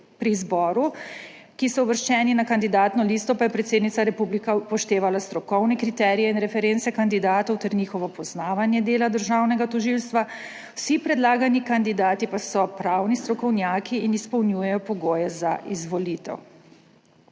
Pri izboru, ki je uvrščen na kandidatno listo, pa je predsednica republike upoštevala strokovne kriterije in reference kandidatov ter njihovo poznavanje dela državnega tožilstva. Vsi predlagani kandidati pa so pravni strokovnjaki in izpolnjujejo pogoje za izvolitev.